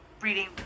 reading